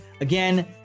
Again